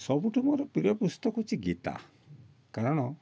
ସବୁଠୁ ମୋର ପ୍ରିୟ ପୁସ୍ତକ ହେଉଛି ଗୀତା କାରଣ